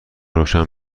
روشن